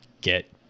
get